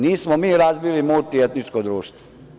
Nismo mi razbili multietničko društvo.